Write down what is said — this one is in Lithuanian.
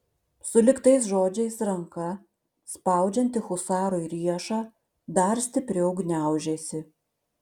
sulig tais žodžiais ranka spaudžianti husarui riešą dar stipriau gniaužėsi